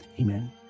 Amen